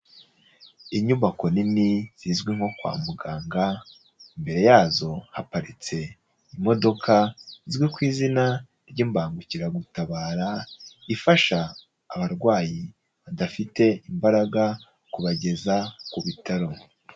Inyubako nini zizwi nko kwa muganga, imbere yazo haparitse imodoka izwi ku izina ry'imbangukiragutabara ifasha abarwayi badafite imbaraga kubageza ku bitaro.